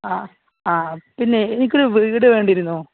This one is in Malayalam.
ആ ആ പിന്നെ എനിക്കൊരു വീട് വേണ്ടിയിരുന്നു